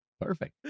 Perfect